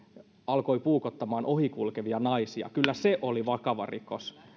alkoi puukottamaan ohikulkevia naisia kyllä se oli vakava rikos